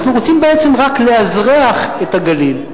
אנחנו רוצים בעצם רק לאזרח את הגליל.